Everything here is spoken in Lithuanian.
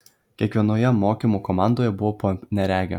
kiekvienoje mokymų komandoje buvo po neregę